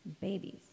babies